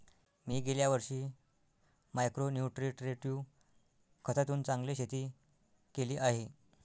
मी गेल्या वर्षी micro nutritive खतातून चांगले शेती केली आहे